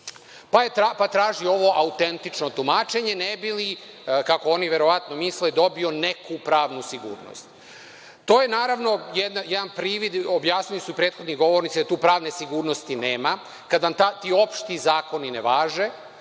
je tražio ovo autentično tumačenje, ne bi li, kako oni verovatno misle, dobio neku pravnu sigurnost. To je, naravno, jedan privid, objasnili su prethodni govornici, da tu pravne sigurnosti nema, kad vam ti opšti zakoni ne važe,